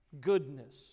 Goodness